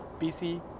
BC